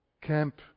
camp